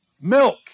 Milk